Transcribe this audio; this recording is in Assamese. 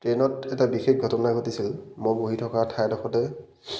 ট্ৰেইনত এটা বিশেষ ঘটনা ঘটিছিল মই বহি থকা ঠাইডোখৰতে